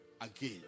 again